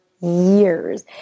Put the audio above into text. years